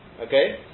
Okay